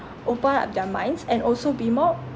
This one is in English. open up their minds and also be more